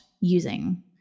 using